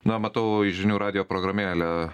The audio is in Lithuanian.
na matau į žinių radijo programėlę